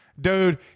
Dude